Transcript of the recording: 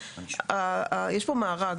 יש פה מארג